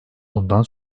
bundan